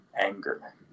anger